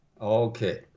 Okay